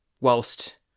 whilst